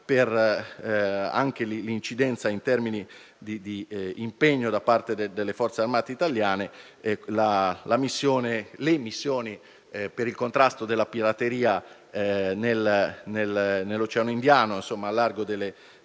per l'incidenza in termini di impegno da parte delle Forze armate italiane, le missioni per il contrasto della pirateria nell'Oceano Indiano al largo delle